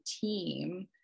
team